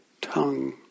tongue